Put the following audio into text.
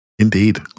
Indeed